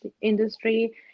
industry